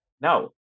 no